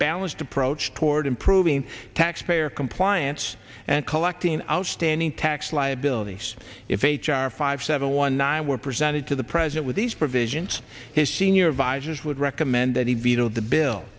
balanced approach toward improving taxpayer compliance and collecting outstanding tax liabilities if h r five seven one nine were presented to the president with these provisions his senior advisers would recommend that he veto the bill